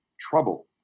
trouble